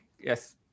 yes